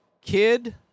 kid